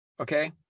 Okay